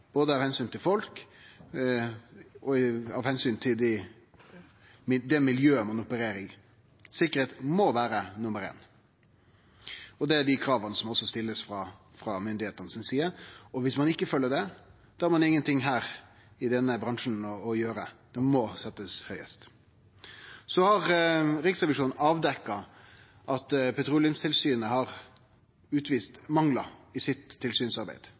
både av omsyn til folk og av omsyn til det miljøet ein opererer i. Sikkerheit må vere nummer éin. Det er dei krava som også blir stilte frå myndigheitene si side. Viss ein ikkje følgjer det, har ein ingenting i denne bransjen å gjere. Det må bli sett høgast. Riksrevisjonen har avdekt at Petroleumstilsynet har hatt alvorlege manglar i tilsynsarbeidet sitt.